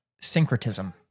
syncretism